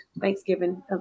Thanksgiving